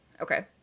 Okay